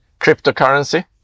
cryptocurrency